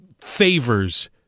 favors